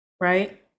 right